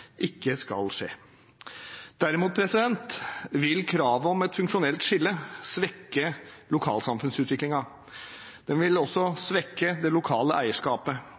ikke skal skje. Derimot vil kravet om et funksjonelt skille svekke lokalsamfunnsutviklingen. Det vil også svekke det lokale eierskapet